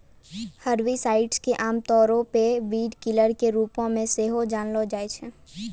herbicides के आमतौरो पे वीडकिलर के रुपो मे सेहो जानलो जाय छै